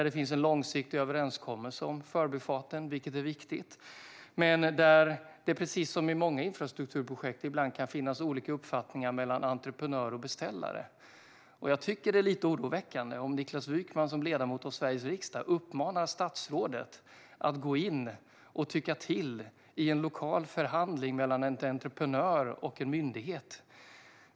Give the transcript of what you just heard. Det finns en långsiktig överenskommelse om Förbifarten, vilket är viktigt. Precis som i många andra infrastrukturprojekt kan dock entreprenören och beställaren ibland ha olika uppfattningar. Jag tycker att det är lite oroväckande om Niklas Wykman, som ledamot av Sveriges riksdag, uppmanar statsrådet att gå in och tycka till i en lokal förhandling mellan en entreprenör och en myndighet.